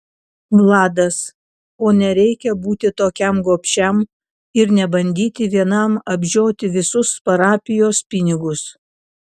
vladas o nereikia būti tokiam gobšiam ir nebandyti vienam apžioti visus parapijos pinigus